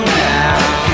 now